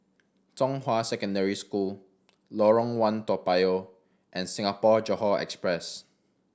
Zhonghua Secondary School Lorong One Toa Payoh and Singapore Johore Express